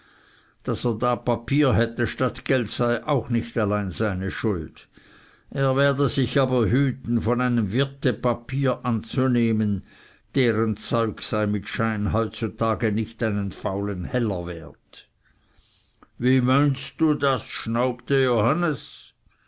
daß er da papier hätte statt geld sei auch nicht alleine seine schuld er werde sich aber hüten von einem wirte papier anzunehmen deren zeug sei mit schein heutzutage nicht einen faulen heller wert wie meinst das schnaubte johannes